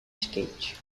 skate